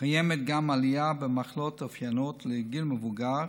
קיימת גם עלייה במחלות האופייניות לגיל המבוגר,